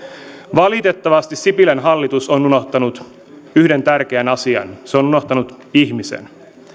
valitettavasti sipilän hallitus on unohtanut yhden tärkeän asian se on unohtanut ihmisen